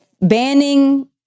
banning